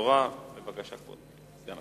כ"ב באדר